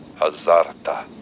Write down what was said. hazarta